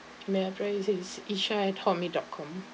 email address is isha at Hotmail dot com